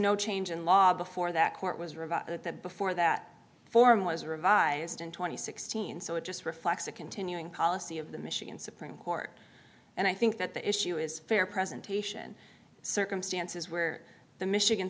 no change in law before that court was revived that before that form was revised in two thousand and sixteen so it just reflects a continuing policy of the michigan supreme court and i think that the issue is fair presentation circumstances where the michigan